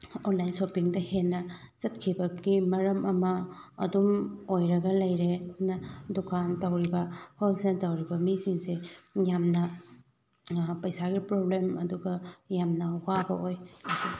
online ꯁꯣꯞꯄꯤꯡꯗ ꯍꯦꯟꯅ ꯆꯠꯈꯤꯕꯒꯤ ꯃꯔꯝ ꯑꯃ ꯑꯗꯨꯝ ꯑꯣꯏꯔꯒ ꯂꯩꯔꯦ ꯑꯗꯨꯅ ꯗꯨꯀꯥꯟ ꯇꯧꯔꯤꯕ ꯍꯣꯜꯁꯦꯜ ꯇꯧꯔꯤꯕ ꯃꯤꯁꯤꯡꯁꯦ ꯌꯥꯝꯅ ꯄꯩꯁꯥꯒꯤ ꯄ꯭ꯔꯣꯕ꯭ꯂꯦꯝ ꯑꯗꯨꯒ ꯌꯥꯝꯅ ꯋꯥꯕ ꯑꯣꯏ